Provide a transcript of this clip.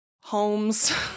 homes